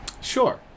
Sure